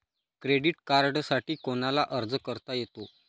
Credit कार्डसाठी कोणाला अर्ज करता येतो?